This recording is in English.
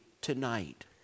tonight